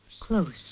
Close